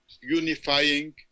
unifying